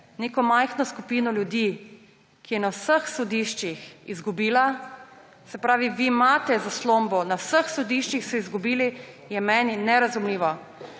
neko majhno skupino ljudi, ki je na vseh sodiščih izgubila, se pravi, vi imate zaslombo, na vseh sodiščih ste izgubili, je meni nerazumljivo.